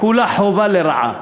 כולה חובה לרעה.